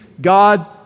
God